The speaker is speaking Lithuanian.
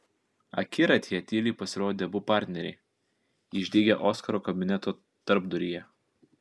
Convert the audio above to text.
akiratyje tyliai pasirodė abu partneriai išdygę oskaro kabineto tarpduryje